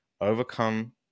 overcome